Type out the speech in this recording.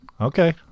Okay